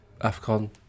Afcon